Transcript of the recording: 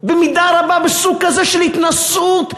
במידה רבה בסוג כזה של התנשאות,